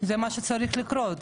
זה מה שצריך לקרות?